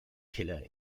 killer